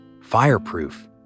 fireproof